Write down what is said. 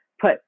put